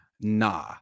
Nah